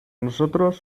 nosotros